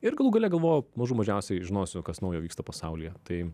ir galų gale galvojau mažų mažiausiai žinosiu kas naujo vyksta pasaulyje tai